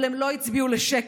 אבל הם לא הצביעו לשקר,